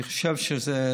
אני חושב שזה